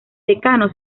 secano